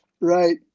Right